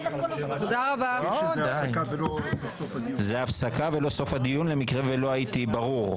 זה הפסקה ולא סוף הדיון, למקרה שלא הייתי ברור.